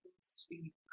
sleep